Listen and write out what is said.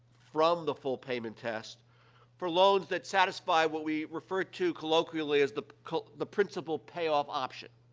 from the full payment test for loans that satisfy what we refer to colloquially as the the principal-payoff option.